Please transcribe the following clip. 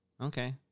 Okay